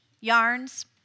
yarns